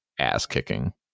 ass-kicking